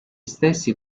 stessi